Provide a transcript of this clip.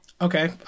Okay